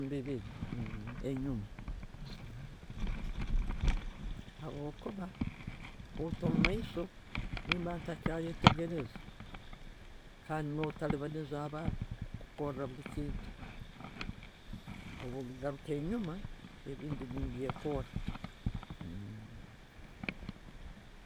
﻿Bibiri enjuuma habwobuka otto omumaiso niimba'nentayetegereza kandi no tabaniiza abantu kukoora bulikintu. Obwendigaruka enjuma, ebindi ndi byekora.